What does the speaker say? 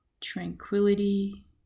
tranquility